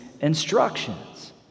instructions